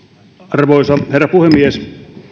arvoisa herra puhemies